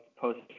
post